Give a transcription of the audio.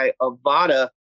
Avada